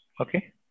Okay